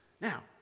Now